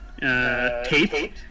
tape